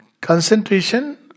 Concentration